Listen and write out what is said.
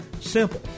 Simple